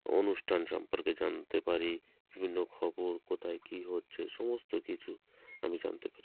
অনুষ্ঠান সম্পর্কে জানতে পারি বিভিন্ন খবর কোথায় কী হচ্ছে সমস্ত কিছু আমি জানতে পারি